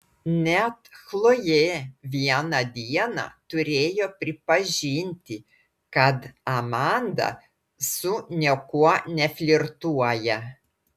net chlojė vieną dieną turėjo pripažinti kad amanda su niekuo neflirtuoja